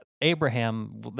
Abraham